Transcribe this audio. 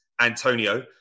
Antonio